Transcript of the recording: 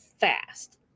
fast